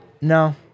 no